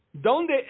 Donde